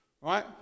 right